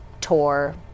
tour